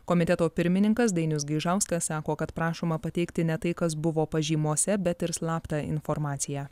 komiteto pirmininkas dainius gaižauskas sako kad prašoma pateikti ne tai kas buvo pažymose bet ir slaptą informaciją